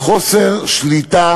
חוסר שליטה